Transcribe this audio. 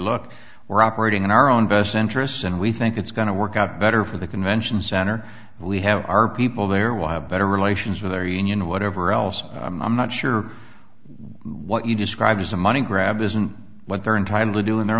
look we're operating in our own best interests and we think it's going to work out better for the convention center we have our people there will have better relations with their union or whatever else i'm not sure what you describe as a money grab isn't what they're entitled to do in their